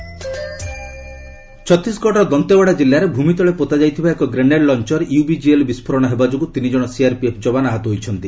Chhattisgarh CRPF ଛତିଶଗଡ଼ର ଦନ୍ତେୱାଡା କିଲ୍ଲାରେ ଭୂମିତଳେ ପୋତା ଯାଇଥିବା ଏକ ଗ୍ରେନେଡ୍ ଲଞ୍ଚର ୟୁବିଜିଏଲ୍ ବିସ୍ଫୋରଣ ହେବା ଯୋଗୁଁ ତିନିଜଣ ସିଆର୍ପିଏଫ୍ ଯବାନ ଆହତ ହୋଇଛନ୍ତି